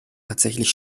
tatsächlich